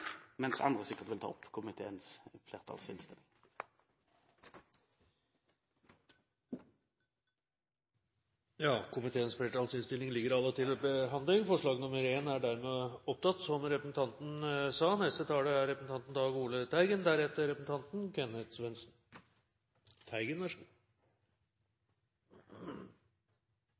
mens andre sikkert vil ta opp komiteens flertallsinnstilling. Ja, komiteens flertallsinnstilling ligger allerede til behandling.